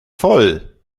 voll